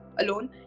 alone